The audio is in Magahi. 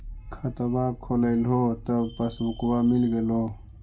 खतवा खोलैलहो तव पसबुकवा मिल गेलो?